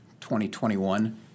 2021